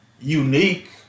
unique